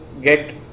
get